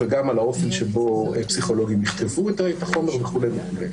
גם על האופי שבו פסיכולוגים יחשפו את החומר וכולי וכולי.